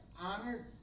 honored